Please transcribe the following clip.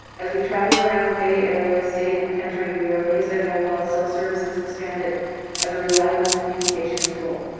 as we travel around the bay area, state, and country, we are amazed at how well sell services expanded as a reliable communication tool.